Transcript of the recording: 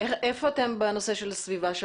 איפה אתם נושא של הסביבה?